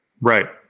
Right